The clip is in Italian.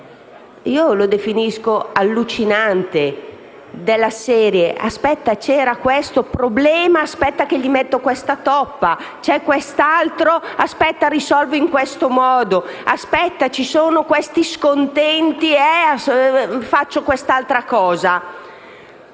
definisco allucinante. Della serie: «Aspetta, c'era questo problema, gli metto questa toppa. C'è quest'altro e risolvo in questo modo. Aspetta, ci sono questi scontenti e faccio quest'altra cosa».